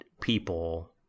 people